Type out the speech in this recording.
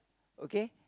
okay